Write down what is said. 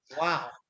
Wow